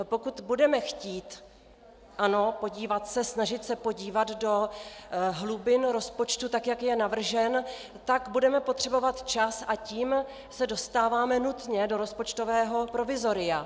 Pokud budeme chtít, ano, podívat se, snažit se podívat do hlubin rozpočtu tak, jak je navržen, tak budeme potřebovat čas, a tím se dostáváme nutně do rozpočtového provizoria.